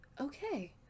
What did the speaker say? Okay